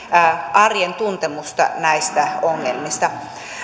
arjen tuntemusta näistä ongelmista